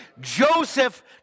Joseph